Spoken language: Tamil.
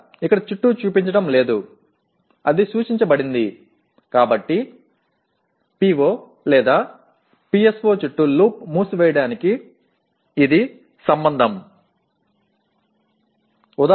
எனவே இது PO PSO ஐச் சுற்றியுள்ள வளையத்தை மூடுவதற்கான உறவு